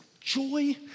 joy